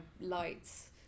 lights